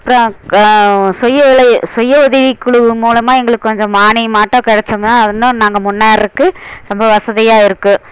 அப்புறம் க சுய வேலை சுய உதவிக் குழு மூலமாக எங்களுக்கு கொஞ்சம் மானியமாட்டம் கிடச்சுதுன்னா இன்னும் நாங்கள் முன்னேறக்கு ரொம்ப வசதியாக இருக்கும்